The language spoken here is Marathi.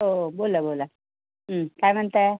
हो बोला बोला काय म्हणत आहे